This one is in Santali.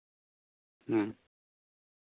ᱦᱮᱸ